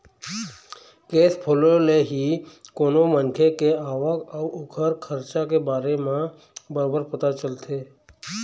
cash flow ले ही कोनो मनखे के आवक अउ ओखर खरचा के बारे म बरोबर पता चलथे